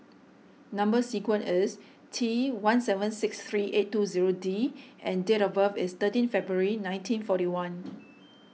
Number Sequence is T one seven six three eight two zero D and date of birth is thirteen February nineteen forty one